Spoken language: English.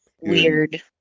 weird